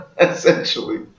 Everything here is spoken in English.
essentially